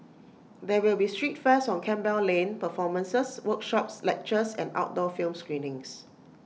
there will be street fairs on Campbell lane performances workshops lectures and outdoor film screenings